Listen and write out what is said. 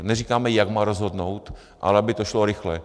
Neříkáme, jak má rozhodnout, ale aby to šlo rychle.